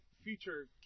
Future